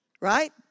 Right